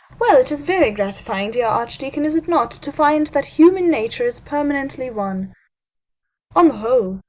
well, it is very gratifying, dear archdeacon, is it not, to find that human nature is permanently one on the whole,